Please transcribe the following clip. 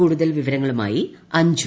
കൂടുതൽ വിവരങ്ങളുമായി അഞ്ജു